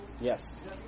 Yes